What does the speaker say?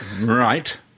Right